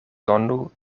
donu